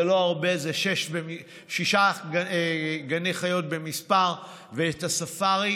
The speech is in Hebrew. זה לא הרבה, שישה גני חיות במספר, ואת הספארי